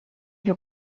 your